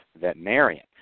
veterinarian